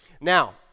Now